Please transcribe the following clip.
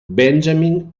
benjamin